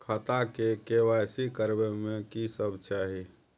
खाता के के.वाई.सी करबै में की सब चाही?